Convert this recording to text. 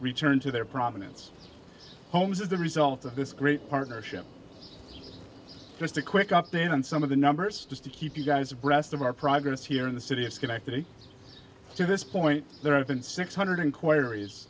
return to their prominence homes as the result of this great partnership just a quick update on some of the numbers just to keep you guys abreast of our progress here in the city of schenectady to this point there have been six hundred inquiries